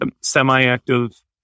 semi-active